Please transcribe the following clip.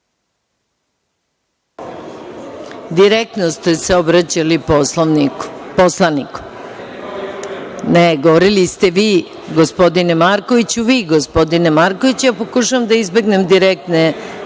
Direktno ste se obraćali poslaniku. Govorili ste: „Vi gospodine Markoviću, vi gospodine Markoviću“. Ja pokušavam da izbegnem direktne